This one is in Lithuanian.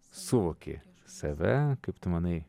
suvoki save kaip tu manai